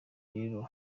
rero